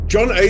John